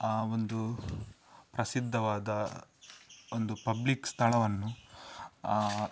ಆ ಒಂದು ಪ್ರಸಿದ್ದವಾದ ಒಂದು ಪಬ್ಲಿಕ್ ಸ್ಥಳವನ್ನು